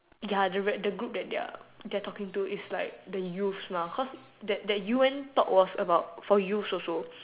ya the red the group that they're they're talking to is like the youths lah cause that that U N talk was about for youths also